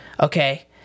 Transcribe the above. Okay